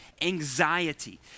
anxiety